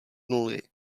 nuly